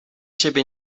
ciebie